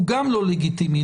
גם הוא לא לגיטימי,